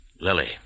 Lily